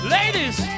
Ladies